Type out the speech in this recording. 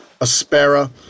Aspera